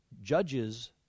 Judges